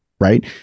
right